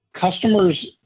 Customers